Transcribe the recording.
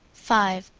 five.